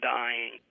dying